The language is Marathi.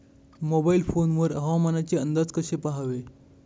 मोबाईल फोन वर हवामानाचे अंदाज कसे पहावे?